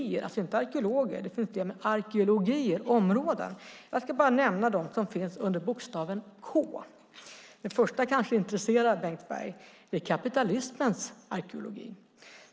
Det handlar alltså inte om arkeologer utan arkeologier - områden. Jag ska bara nämna dem som finns under bokstaven K. Det första kanske intresserar Bengt Berg. Det är kapitalismens arkeologi.